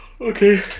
okay